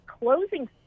closing